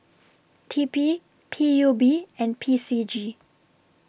T P P U B and P C G